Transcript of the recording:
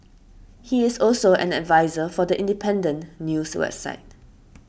he is also an adviser for The Independent news website